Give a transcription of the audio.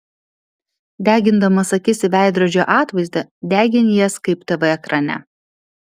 degindamas akis į veidrodžio atvaizdą degini jas kaip tv ekrane